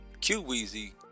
Q-Weezy